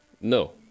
no